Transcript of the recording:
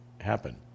happen